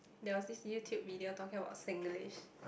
there was this YouTube video talking about Singlish